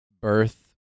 birth